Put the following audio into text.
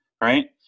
right